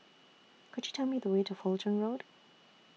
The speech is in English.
Could YOU Tell Me The Way to Fulton Road